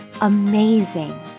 amazing